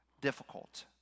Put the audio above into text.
difficult